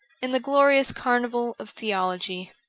in the glorious carnival of theology.